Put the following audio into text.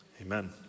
amen